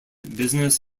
business